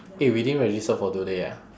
eh we didn't register for today ah